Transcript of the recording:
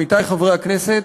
עמיתי חברי הכנסת,